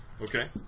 Okay